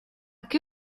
qué